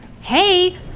Hey